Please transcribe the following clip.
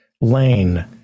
lane